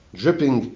dripping